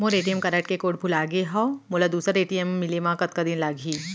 मोर ATM card के code भुला गे हव, मोला दूसर ए.टी.एम मिले म कतका दिन लागही?